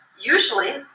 usually